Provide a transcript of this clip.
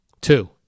Two